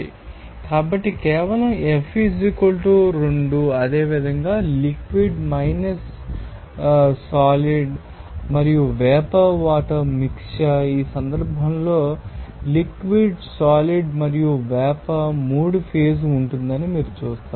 కాబట్టి కేవలం F 2 అదేవిధంగా లిక్విడ్ సాలిడ్ మరియు వేపర్ వాటర్ మిక్ట్చర్ ఈ సందర్భంలో లిక్విడ్ సాలిడ్ మరియు వేపర్ 3 ఫేజ్ ఉంటుందని మీరు చూస్తారు